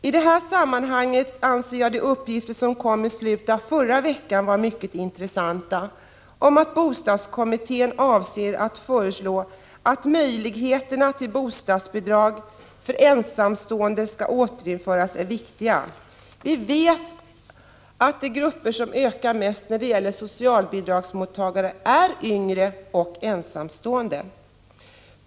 I detta sammanhang anser jag att de uppgifter som kom i slutet av förra veckan, att bostadskommittén avser att föreslå att möjligheten till bostadsbidrag för ensamstående skall återinföras, var mycket intressanta och viktiga. Vi vet att en av de grupper som ökat mest när det gäller att få socialbidrag är yngre och ensamstående.